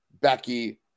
Becky